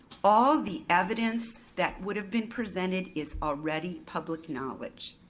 all the evidence that would've been presented is already public knowledge.